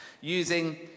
using